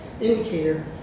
indicator